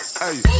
Hey